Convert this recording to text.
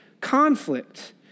conflict